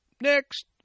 next